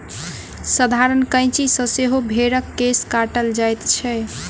साधारण कैंची सॅ सेहो भेंड़क केश काटल जाइत छै